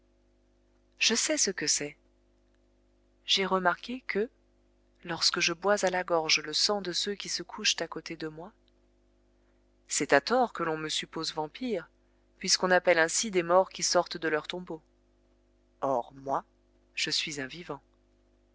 je sais ce que c'est j'ai remarqué que lorsque je bois à la gorge le sang de ceux qui se couchent à côté de moi c'est à tort que l'on me suppose vampire puisqu'on appelle ainsi des morts qui sortent de leur tombeau or moi je suis un vivant